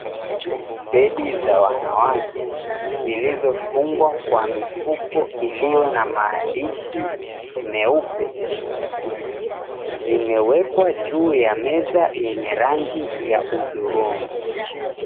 Pedi za wanawake zilizofungwa kwa mifuko iliyo na maandishi meupe, zimewekwa juu ya meza yenye rangi ya hudhurungi.